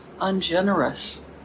ungenerous